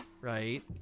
right